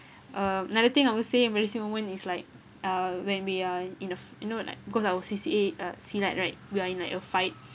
uh another thing I would say embarrassing moment is like uh when we are in a you know like because our C_C_A uh silat right we are in like a fight